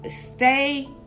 stay